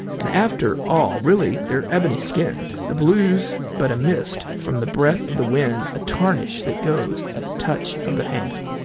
and after all really they're ebony skinned the blue's but a mist from the breath of the wind, a tarnish that goes at a touch of the hand,